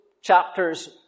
chapters